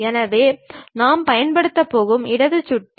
எனவே நாம் பயன்படுத்தப் போகும் இடது சுட்டி